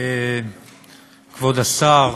תודה רבה, כבוד השר,